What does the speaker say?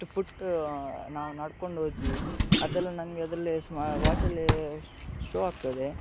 ಎಷ್ಟು ಫುಟ್ ನಾವು ನಡಕೊಂಡೋದ್ವಿ ಅದೆಲ್ಲ ನಮಗೆ ಅದರಲ್ಲಿ ಸ್ಮಾ ವಾಚಲ್ಲಿ ಶೋ ಆಗ್ತದೆ